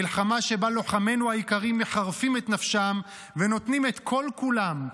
מלחמה שבה לוחמינו היקרים מחרפים את נפשם ונותנים את כל-כולם,